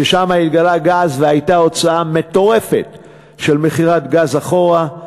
ששם התגלה גז והייתה הוצאה מטורפת של מכירת גז אחורה,